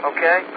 Okay